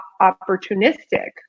opportunistic